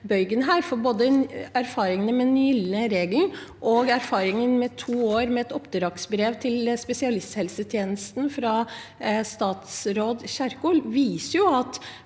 bøygen, for både erfaringene med den gylne regelen og erfaringene med to år med et oppdragsbrev til spesialisthelsetjenesten fra statsråd Kjerkol viser at